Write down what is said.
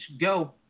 go